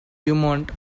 beaumont